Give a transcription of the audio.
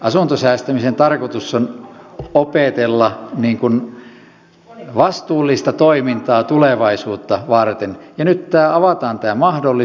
asuntosäästämisen tarkoitus on opetella vastuullista toimintaa tulevaisuutta varten ja nyt avataan tämä mahdollisuus